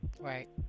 right